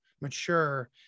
mature